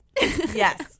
yes